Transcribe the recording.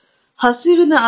ಹಸಿವಿನಿಂದ ಅರ್ಥವೇನು